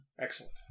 Excellent